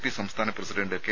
P സംസ്ഥാന president K